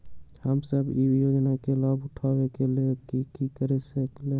हम सब ई योजना के लाभ उठावे के लेल की कर सकलि ह?